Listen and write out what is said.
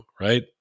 right